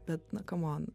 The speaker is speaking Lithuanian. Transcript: bet na kamon